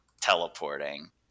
teleporting